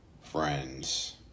friends